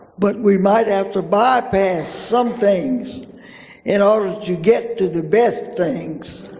but we might have to bypass some things in order to get to the best things.